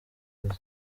viza